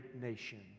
nation